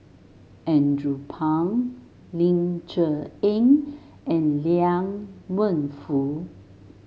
Andrew Phang Ling Cher Eng and Liang Wenfu